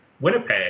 Winnipeg